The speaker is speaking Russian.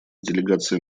делегация